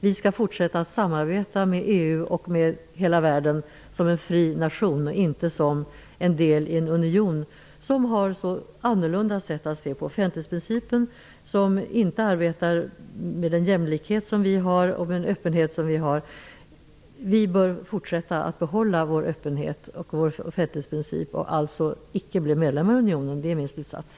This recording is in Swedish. Vi skall fortsätta att samarbeta med EU och med hela världen som en fri nation och inte som en del i en union, en union som har ett så annorlunda sätt att se på offentlighetsprincipen, en union som inte arbetar med den jämlikhet och öppenhet som Sverige gör.